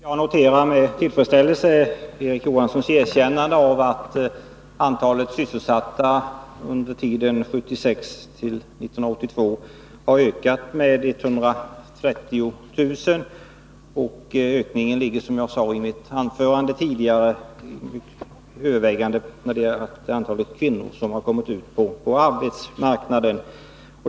Herr talman! Jag noterar med tillfredsställelse Erik Johanssons erkännande av att antalet sysselsatta under tiden 1976-1982 har ökat med 130 000. Ökningen ligger, som jag sade i mitt anförande, till övervägande del på det ökade antal kvinnor som kommit ut på arbetsmarknaden.